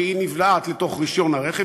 כי היא נבלעת לתוך רישיון הרכב,